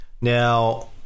Now